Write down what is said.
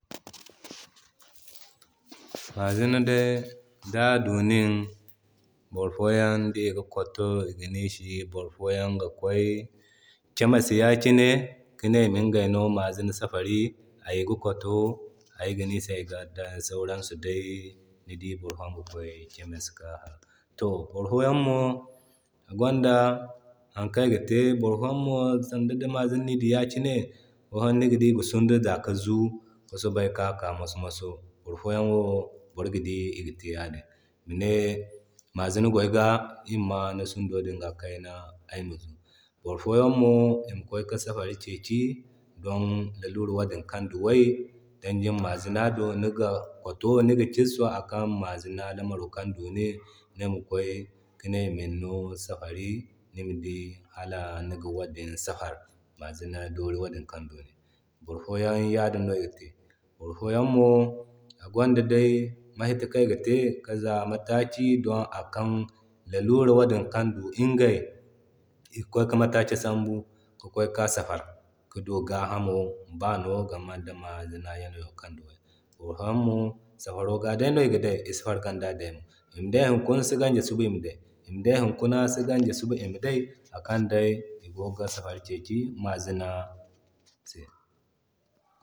Mazina day da du nin boro foyaŋ ni di iga kwattoi iga niisi. Boro foyan ga kway kemis yakine kine ima iŋgay no mazina safiri, ayga kotto ayaga niisi ayga day da sauransu day ni dii boro foyan ga kway kemis ga. To boro foyan mo igwanda hari kan iga te, boro foyan mo sanda di mazina ni di yakine boro foyan niga di iga sundu za ka zuu ki sobay ka ka maso-maso, boro foyan niga di iga te yadin, ima ne mazina go ayga iri ma maa ni sundo din kayna ayma zu. Boro foyan mo ima kway ki safari keki don lalurar wadin kan duway don yin mazina do niga kwatto niga kisso akan mazina da mura kan du nin Nima kway ki ne Imani no safari Nima di hala niga wadin safar, mazina dooro din kan dunin, boro foyan yadin no iga te. Boro foyan mo agwanda day makan iga te ki mataki da akan lalurar wadin kan doo iŋgay, iga kway ki mataki sambu kikway ka safar ki doo gahamo baano game da mazino yanayo kanduwa. Boro foyan mo safaro ga dayno iga daay, isi farga ŋda da daymo. Ima day hukuna suba ŋda suba ima day, ima day hunkuna suba ŋda suba ima day akan day igogi safari keki mazina se.